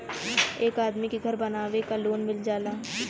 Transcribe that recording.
एक आदमी के घर बनवावे क लोन मिल जाला